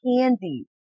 candy